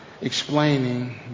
explaining